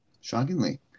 Shockingly